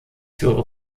führe